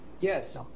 Yes